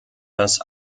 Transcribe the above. das